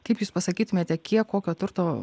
kaip jūs pasakytumėte kiek kokio turto